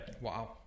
Wow